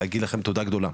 להגיד לכם תודה גדולה,